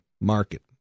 market